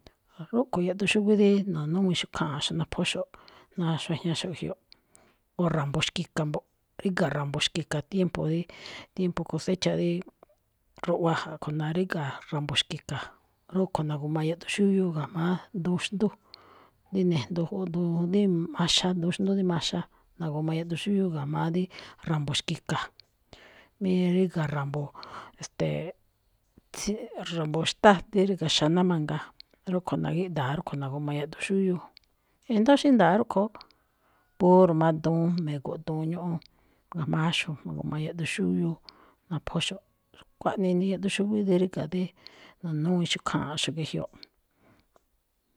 Rúꞌkho̱ yaꞌduun xúwí dí no̱núwíinxo̱ꞌ kháanꞌxo̱ꞌ naphóxo̱ꞌ ná xuajñaxo̱ꞌ ge̱jyoꞌ. O ra̱mbo̱ xki̱ka̱ mbo̱ꞌ, riga̱ ra̱mbo̱ xki̱ka̱ tiempo dí tiempo cosecha dí ruꞌwa, a̱ꞌkho̱ naríga̱ ra̱mbo̱ xki̱ka̱, rúꞌkho̱ na̱gu̱ma yaꞌduun xúwiúu ga̱jma̱á duun xndú dí nejndoo jú duun maxa, duun xndú dí maxa, ma̱gu̱ma yaꞌduun xúwiúu ga̱jma̱á dí ra̱mbo̱ xki̱ka̱. Mí ríga̱ ra̱mbo̱, e̱ste̱e̱, tsí-ra̱mbo̱ xtá, rí ríga̱ xaná mangaa, rúꞌkhue̱n na̱gíꞌda̱a rúꞌkhue̱n na̱gu̱ma yaꞌduun xúwiúu. E̱ndo̱ó xí nda̱a̱ rúꞌkho̱, puro má duun, me̱go̱ꞌ duun ñúꞌún ga̱jma̱á áxo̱ ma̱gu̱ma yaꞌduun xúwiúu naphopxo̱ꞌ. Kuaꞌnii yaꞌduun xúwí dí ríga̱ dí nonúwíinxo̱ꞌ kháanxo̱ꞌ ge̱jyoꞌ.